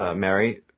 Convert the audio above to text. ah mary.